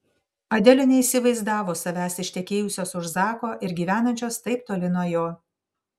adelė neįsivaizdavo savęs ištekėjusios už zako ir gyvenančios taip toli nuo jo